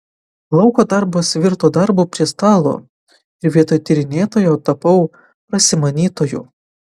lauko darbas virto darbu prie stalo ir vietoj tyrinėtojo tapau prasimanytoju